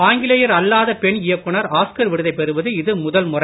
ஆங்கிலேயர் அல்லாத பெண் இயக்குனர் ஆஸ்கர் விருதைப் பெறுவது இது முதல் முறை